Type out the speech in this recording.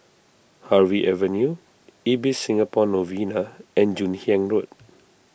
Harvey Avenue Ibis Singapore Novena and Joon Hiang Road